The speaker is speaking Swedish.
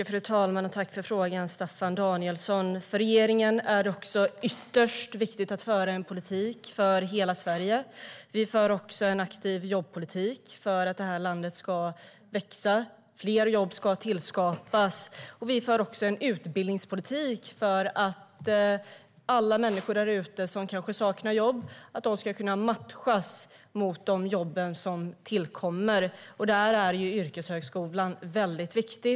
Fru talman! Jag tackar Staffan Danielsson för frågan. Även för regeringen är det ytterst viktigt att föra en politik för hela Sverige. Vi för en aktiv jobbpolitik för att landet ska växa och fler jobb skapas. Vi för också en utbildningspolitik för att alla människor där ute som kanske saknar jobb ska kunna matchas mot de jobb som tillkommer, och där är yrkeshögskolan väldigt viktig.